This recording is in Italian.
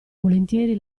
volentieri